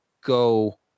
go